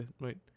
wait